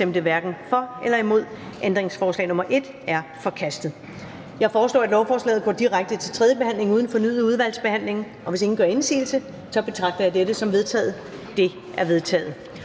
(UFG), hverken for eller imod stemte 0. Ændringsforslag nr. 1 er forkastet. Jeg foreslår, at lovforslaget går direkte til tredje behandling uden fornyet udvalgsbehandling. Hvis ingen gør indsigelse, betragter jeg dette som vedtaget Det er vedtaget.